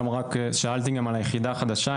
שאלתי גם על היחידה החדשה,